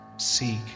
Seek